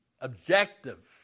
objective